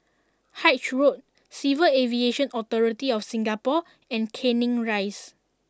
Haig Road Civil Aviation Authority of Singapore and Canning Rise